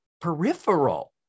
Peripheral